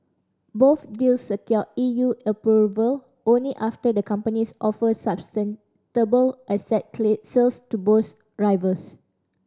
both deals secured E U approval only after the companies offered asset sales to boost rivals